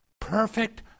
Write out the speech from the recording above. Perfect